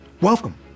welcome